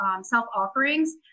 self-offerings